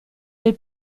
del